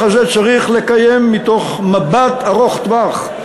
את הוויכוח הזה צריך לקיים מתוך מבט ארוך טווח,